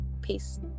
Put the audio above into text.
Peace